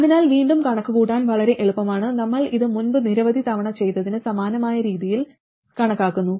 അതിനാൽ വീണ്ടും കണക്കുകൂട്ടാൻ വളരെ എളുപ്പമാണ് നമ്മൾ ഇത് മുമ്പ് നിരവധി തവണ ചെയ്തതിന് സമാനമായ രീതിയിൽ കണക്കാക്കുന്നു